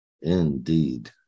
indeed